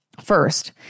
First